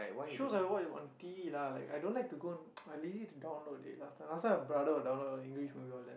shows I watch on t_v lah like I don't like to go I lazy to download it last time last time my brother will download English movie all that